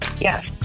Yes